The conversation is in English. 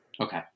Okay